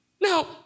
Now